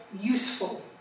useful